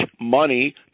money